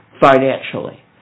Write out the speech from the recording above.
financially